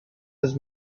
his